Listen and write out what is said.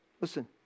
Listen